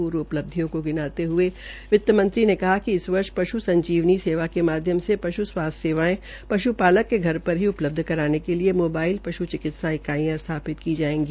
पूर्व उपलब्धियों को गिनाते हये वित्तमंत्री ने कहा कि इस वर्ष पश् संजीवनी सेवा के माध्य से पश् स्वास्थ्य सेवायें पश् पालक के घर पर ही उपलब्ध कराने के लिए मोबाइल पशु चिकित्सा इकाइयां स्थापित की जायेगी